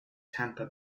tampa